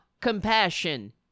compassion